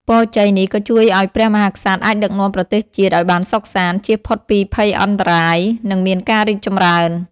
ពរជ័យនេះក៏ជួយឲ្យព្រះមហាក្សត្រអាចដឹកនាំប្រទេសជាតិឲ្យបានសុខសាន្ត ចៀសផុតពីភ័យអន្តរាយ និងមានការរីកចម្រើន។